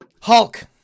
Hulk